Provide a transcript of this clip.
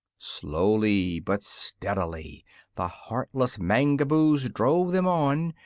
slowly but steadily the heartless mangaboos drove them on,